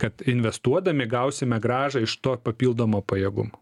kad investuodami gausime grąžą iš to papildomo pajėgumo